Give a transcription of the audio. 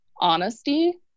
honesty